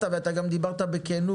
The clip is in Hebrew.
האם השירות השתפר או לא השתפר?